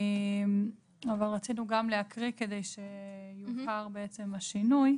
אבל רצינו גם להקריא כדי שיוכר השינוי: